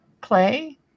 play